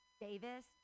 Davis